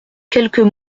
quelques